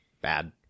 bad